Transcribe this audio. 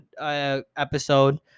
episode